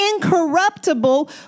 incorruptible